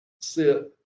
sit